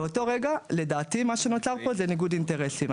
באותו רגע לדעתי מה שנוצר פה זה ניגוד אינטרסים.